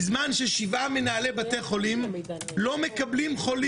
בזמן ששבעה מנהלי בתי חולים לא מקבלים חולים,